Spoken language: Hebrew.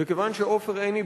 וכיוון שעופר עיני,